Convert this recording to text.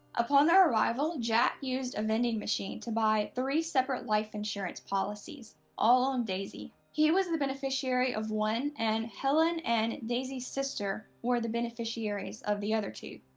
upon their arrival, jack used a vending machine to buy three separate life insurance policies, all on daisie. he was the beneficiary of one, and helen and daisie's sister were the beneficiaries of the other two.